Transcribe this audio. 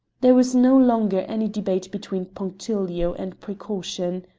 there was no longer any debate between punctilio and precaution.